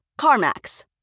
CarMax